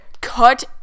cut